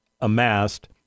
amassed